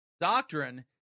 doctrine